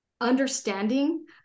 understanding